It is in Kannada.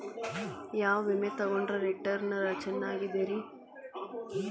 ಯಾವ ವಿಮೆ ತೊಗೊಂಡ್ರ ರಿಟರ್ನ್ ಚೆನ್ನಾಗಿದೆರಿ?